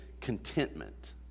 contentment